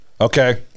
okay